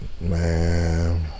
Man